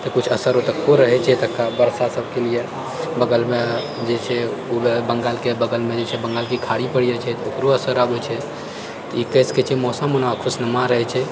तऽ किछु असर ओतौको रहैत छै एतुका वर्षा सबके लिअऽ बगलमे जे छै बंगालके बगलमे जे छै बंगालके खाड़ी पड़ि जाइत छै तकरो असर आबैत छै तऽ ई कहि सकैत छियै मौसम बड़ा खुशनुमा रहैत छै